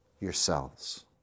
yourselves